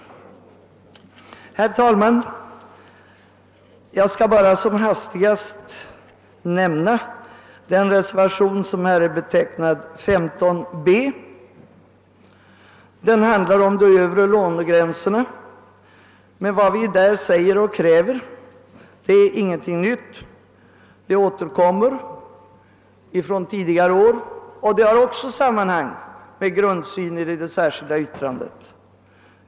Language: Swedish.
Jag skall bara som hastigast nämna den reservation som här är betecknad 15 b. Den handlar om de övre lånegränserna, men vad vi där kräver är ingenting nytt; samma krav återkommer från tidigare år, och det har också sammanhang med grundsynen i det särskilda yttrandet.